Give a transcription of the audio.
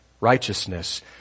righteousness